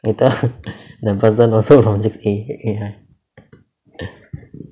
later the person also from six A eh hi